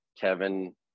Kevin